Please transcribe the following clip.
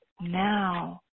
now